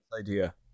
idea